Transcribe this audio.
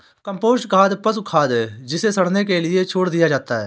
compost खाद पशु खाद है जिसे सड़ने के लिए छोड़ दिया जाता है